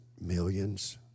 millions